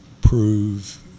prove